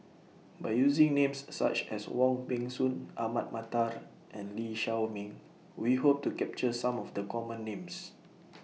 By using Names such as Wong Peng Soon Ahmad Mattar and Lee Shao Meng We Hope to capture Some of The Common Names